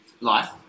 life